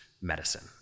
medicine